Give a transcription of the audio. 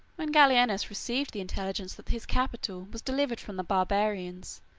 when gallienus received the intelligence that his capital was delivered from the barbarians,